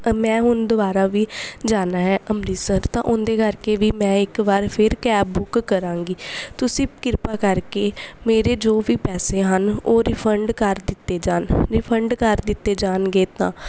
ਮੈਂ ਹੁਣ ਦੁਬਾਰਾ ਵੀ ਜਾਣਾ ਹੈ ਅੰਮ੍ਰਿਤਸਰ ਤਾਂ ਉਹਦੇ ਕਰਕੇ ਵੀ ਮੈਂ ਇੱਕ ਵਾਰ ਫਿਰ ਕੈਬ ਬੁੱਕ ਕਰਾਂਗੀ ਤੁਸੀਂ ਕਿਰਪਾ ਕਰਕੇ ਮੇਰੇ ਜੋ ਵੀ ਪੈਸੇ ਹਨ ਉਹ ਰਿਫੰਡ ਕਰ ਦਿੱਤੇ ਜਾਣ ਰਿਫੰਡ ਕਰ ਦਿੱਤੇ ਜਾਣਗੇ ਤਾਂ